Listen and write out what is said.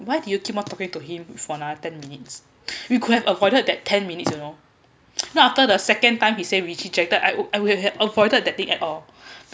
why do you keep on talking to him for another ten minutes we could have avoided that ten minutes you know not after the second time he say rejec~ rejected I would would've avoided that thing at all